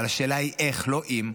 השאלה היא איך ולא אם.